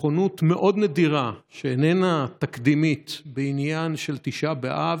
ובנכונות מאוד נדירה שאיננה תקדימית בעניין של תשעה באב,